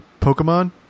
Pokemon